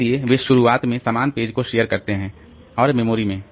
इसलिए वे शुरुआत में समान पेज को शेयर करते हैं और मेमोरी में